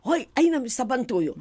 oi einam į sabantujų